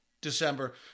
December